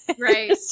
Right